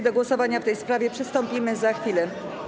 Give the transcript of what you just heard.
Do głosowania w tej sprawie przystąpimy za chwilę.